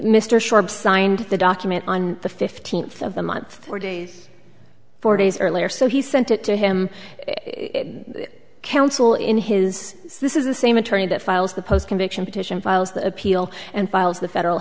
mr sharp signed the document on the fifteenth of the month or days four days earlier so he sent it to him counsel in his this is the same attorney that files the post conviction petition files the appeal and files the federal